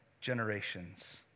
generations